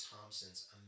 Thompson's